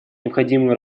необходимую